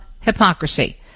hypocrisy